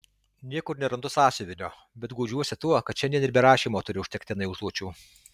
niekur nerandu sąsiuvinio bet guodžiuosi tuo kad šiandien ir be rašymo turiu užtektinai užduočių